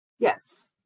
Yes